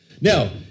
Now